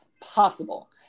possible